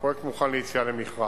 הפרויקט מוכן ליציאה למכרז,